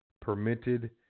permitted